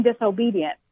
disobedient